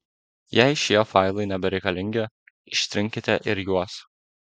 jei šie failai nebereikalingi ištrinkite ir juos